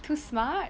too smart